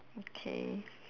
okay